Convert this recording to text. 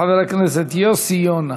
חבר הכנסת יוסי יונה.